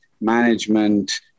management